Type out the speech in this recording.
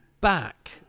back